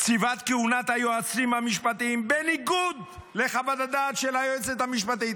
קציבת כהונת היועצים המשפטיים בניגוד לחוות הדעת של היועצת המשפטית,